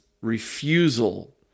refusal